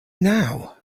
now